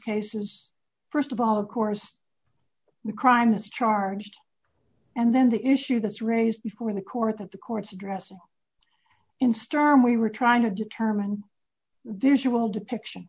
cases st of all of course the crime is charged and then the issue that's raised before the court that the court's addressing in storm we were trying to determine this will depiction